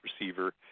receiver